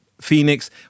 Phoenix